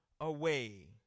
away